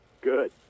Good